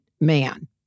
man